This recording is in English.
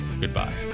goodbye